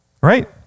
Right